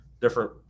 different